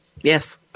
yes